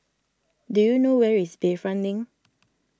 do you know where is Bayfront Link